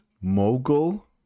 mogul